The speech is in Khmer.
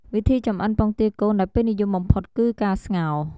វិធីចម្អិនពងទាកូនដែលពេញនិយមបំផុត គឺ ការស្ងោរ។